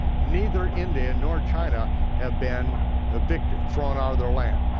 neither india nor china have been evicted, thrown out of their land,